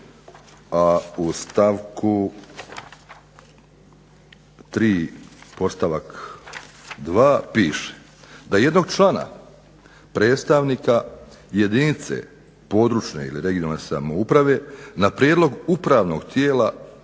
podstavak 2. piše da jednog člana predstavnika jedinice područne (regionalne) samouprave na prijedlog upravnog tijela